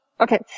Okay